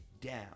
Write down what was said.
down